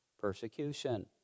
persecution